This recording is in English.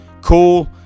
Cool